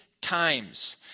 times